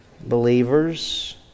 believers